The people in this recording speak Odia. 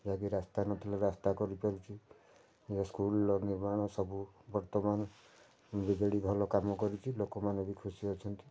ଯାହାକି ରାସ୍ତା ନଥିଲା ରାସ୍ତା କରି ପାରିଛୁ ସ୍କୁଲର ନିର୍ମାଣ ସବୁ ବର୍ତ୍ତମାନ ବିଜେଡ଼ି ଭଲ କାମ କରିଛି ଲୋକମାନେ ବି ଖୁସି ଅଛନ୍ତି